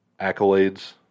accolades